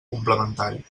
complementari